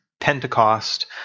Pentecost